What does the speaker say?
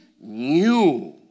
new